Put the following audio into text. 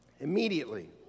Immediately